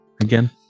again